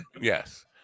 yes